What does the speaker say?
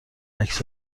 عکس